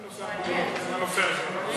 אחרי ההצבעה אי-אפשר?